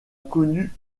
connu